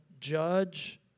judge